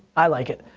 i like it.